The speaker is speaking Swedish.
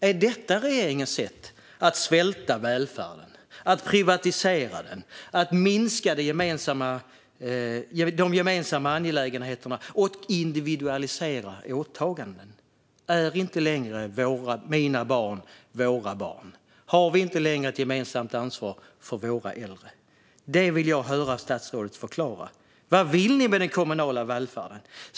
Är detta regeringens sätt att svälta välfärden, att privatisera den, att minska de gemensamma angelägenheterna och individualisera åtaganden? Är inte längre mina barn våra barn? Har vi inte längre ett gemensamt ansvar för våra äldre? Det vill jag höra statsrådet förklara. Vad vill ni med den kommunala välfärden?